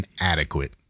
inadequate